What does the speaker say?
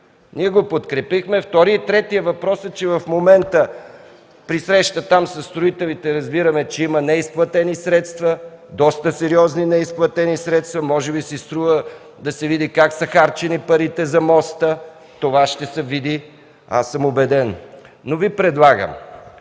Ние го подкрепихме. Вторият и третият въпрос е, че в момента, при среща със строителите, разбираме, че има доста сериозни неизплатени средства. Може би си струва да се види как са харчени парите за моста. Това ще се види, аз съм убеден. Предлагам